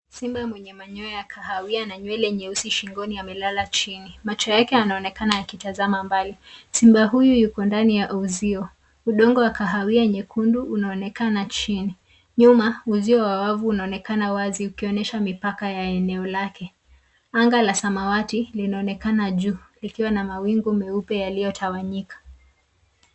Simba mwenye manyoya ya kahawia na nywele nyeusi shingoni amelala chini. Macho yake yanaonekana yakitazama mbali. Simba huyu ako ndani ya uzio. Udongo wa kahawia nyekundu unaonekana chini. Nyuma, uzio wa wavu uanaonekana wazi ukionyesha mipaka ya eneo lake. Anga la samawati linaonekana juu likiwa na mawingu meupe yaliyotawanyika.